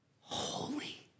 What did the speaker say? holy